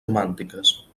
romàntiques